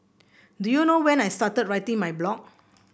do you know when I started writing my blog